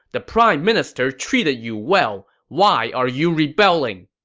the prime minister treated you well. why are you rebelling?